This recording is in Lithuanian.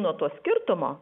nuo to skirtumo